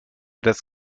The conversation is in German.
das